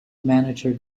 manager